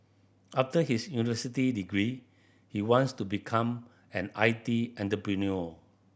after his university degree he wants to become an I T entrepreneur